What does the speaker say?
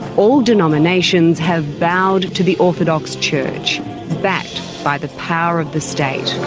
all denominations have bowed to the orthodox church backed by the power of the state.